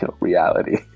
reality